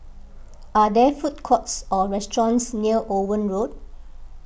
are there food courts or restaurants near Owen Road